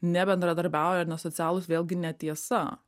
nebendradarbiauja ir nesocialūs vėlgi netiesa